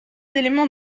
éléments